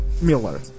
Miller